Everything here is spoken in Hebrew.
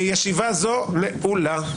ישיבה זו נעולה.